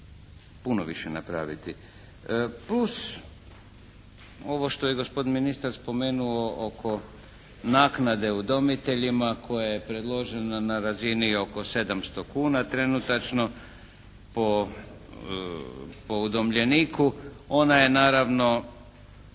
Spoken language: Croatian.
puno više napraviti. Plus ovo što je gospodin ministar spomenuo oko naknade udomiteljima koje je predloženo na razini oko 700 kuna trenutačno po udomljeniku. Ona je naravno